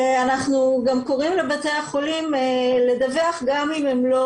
ואנחנו גם קוראים לבתי החולים לדווח גם אם הם לא